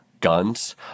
guns